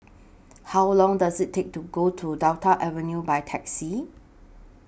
How Long Does IT Take to get to Delta Avenue By Taxi